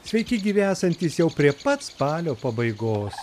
sveiki gyvi esantys jau prie pat spalio pabaigos